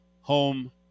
home